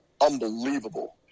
unbelievable